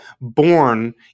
born